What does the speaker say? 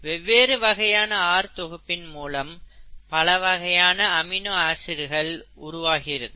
வெவ்வேறு வகையான R தொகுப்பின் மூலம் பல வகையான அமினோ ஆசிட்டுகள் உருவாகிறது